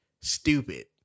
stupid